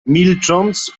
milcząc